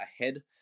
ahead